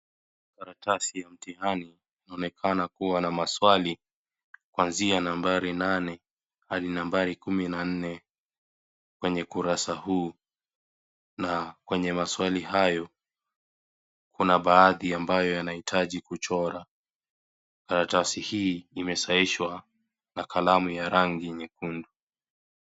Karatasi ya mtihani inaonekana kua ya maswali kuanzia nambari nane hadi nambari kumi na nne, kwenye kurasa huu kwenye maswali hayo, kuna baadhi ambayo yanahitaji kuchorwa. Karatasi hii imesahihishwa na kalamu ya rangi nyekundu.